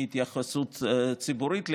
מהתייחסות ציבורית לכך,